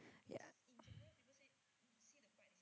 ya